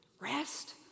rest